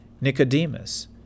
Nicodemus